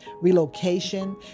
relocation